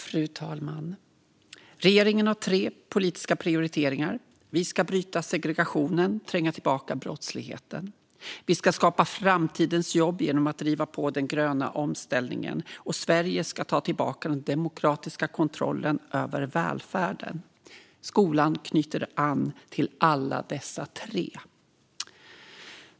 Fru talman! Regeringen har tre politiska prioriteringar. Vi ska bryta segregationen och tränga tillbaka brottsligheten, vi ska skapa framtidens jobb genom att driva på den gröna omställningen och Sverige ska ta tillbaka den demokratiska kontrollen över välfärden. Skolan knyter an till alla dessa tre.